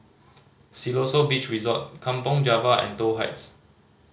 Siloso Beach Resort Kampong Java and Toh Heights